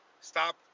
Stop